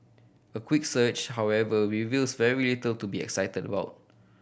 a quick search however reveals very little to be excited about